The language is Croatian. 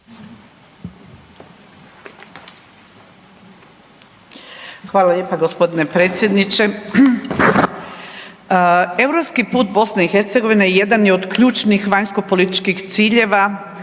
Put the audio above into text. Hvala lijepo poštovani potpredsjedniče.